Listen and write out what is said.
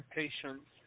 patience